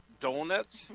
donuts